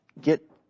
Get